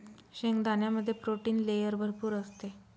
शेंगदाण्यामध्ये protein layer भरपूर असते